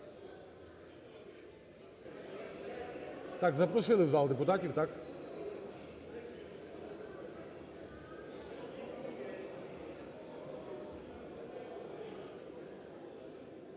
Так, запросили в зал депутатів. 30